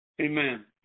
Amen